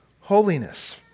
holiness